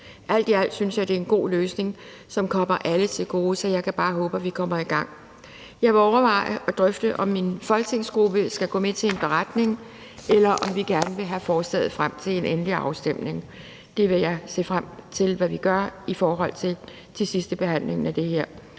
Alt i alt synes jeg det er en god løsning, som kommer alle til gode, så jeg kan bare håbe, at vi kommer i gang. Jeg vil overveje at drøfte, om min folketingsgruppe skal gå med til en beretning, eller om vi gerne vil have forslaget frem til en endelig afstemning. Jeg vil se frem til, hvad vi gør i forhold til sidstebehandlingen af det her.